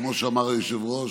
כמו שאמר היושב-ראש,